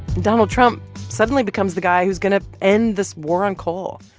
donald trump suddenly becomes the guy who's going to end this war on coal.